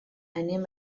anem